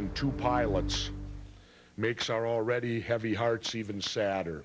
and two pilots makes our already heavy hearts even sadder